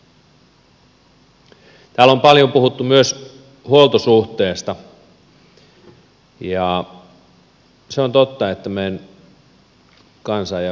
täällä on paljon puhuttu myös huoltosuhteesta ja se on totta että meidän kansa ja väki ikääntyy